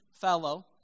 fellow